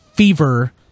Fever